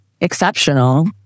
exceptional